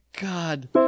God